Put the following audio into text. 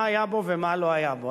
מה היה בו ומה לא היה בו?